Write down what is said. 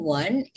one